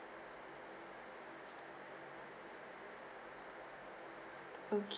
ok~